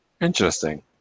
Interesting